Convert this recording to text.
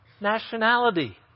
nationality